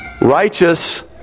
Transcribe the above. Righteous